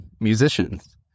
musicians